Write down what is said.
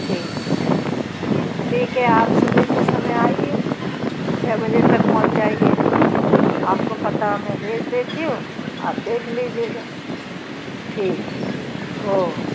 ठीक है ठीक है ठीक है आप सुबह के समय आइए छः बजे तक पहुंच जाइए आप को पता मैं भेज देती हूँ आप देख लीजिएगा ठीक है ठीक है ओके